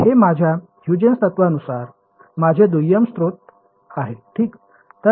तर हे माझ्या ह्युजेन्स तत्वानुसार माझे दुय्यम स्त्रोत आहेत ठीक